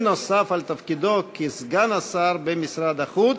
נוסף על תפקידו כסגן שר במשרד החוץ.